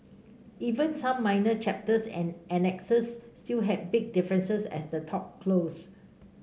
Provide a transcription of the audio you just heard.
even some minor chapters and annexes still had big differences as the talks closed